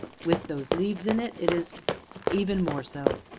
with those leaves in it it is even more so!